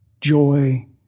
joy